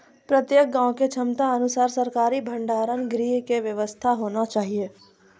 प्रत्येक गाँव के क्षमता अनुसार सरकारी भंडार गृह के व्यवस्था होना चाहिए?